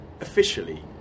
officially